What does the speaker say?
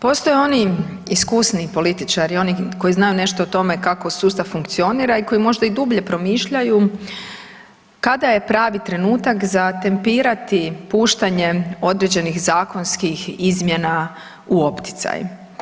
Postoje oni iskusniji političari, oni koji znaju nešto o tome kako sustav funkcionira i koji možda i dublje promišljaju kada je pravi trenutak za tempirati puštanje određenih zakonskih izmjena u opticaj.